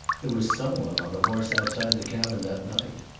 there was some one on a horse outside the cabin that night.